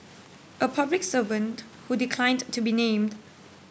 a public servant who declined to be named